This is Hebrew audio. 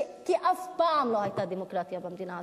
כי אף פעם לא היתה דמוקרטיה במדינה הזאת.